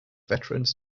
veterans